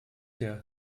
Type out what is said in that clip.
der